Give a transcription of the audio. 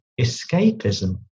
escapism